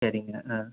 சரிங்க ஆ